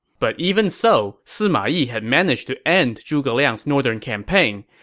but even so, sima yi had managed to end zhuge liang's northern campaign.